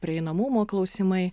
prieinamumo klausimai